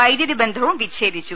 വൈദ്യുതി ബന്ധവും വിച്ഛേദിച്ചു